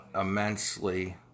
immensely